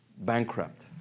Bankrupt